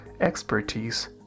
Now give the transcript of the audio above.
expertise